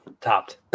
topped